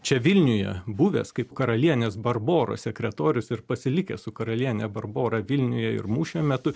čia vilniuje buvęs kaip karalienės barboros sekretorius ir pasilikęs su karaliene barbora vilniuje ir mūšio metu